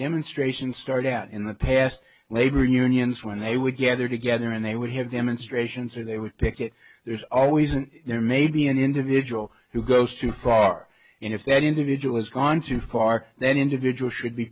demonstrations start out in the past labor unions when they would gather together and they would have demonstrations or they were picket there's always an there may be an individual who goes too far and if that individual has gone too far then individuals should be